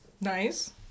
Nice